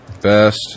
Best